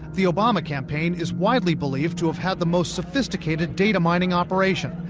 the obama campaign is widely believed to have had the most sophisticated data mining operation.